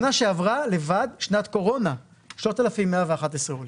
שנה שעברה לבד, שנת קורונה, 3,111 עולים.